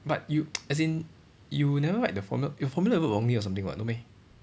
but you as in you never write the formula your formula you wrote wrongly or something [what] no meh